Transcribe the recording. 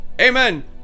Amen